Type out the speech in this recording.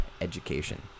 Education